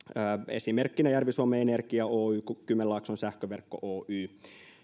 esimerkkinä järvi suomen energia oy kymenlaakson sähköverkko oy